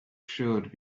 showed